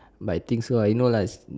but I think so lah you no life